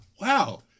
wow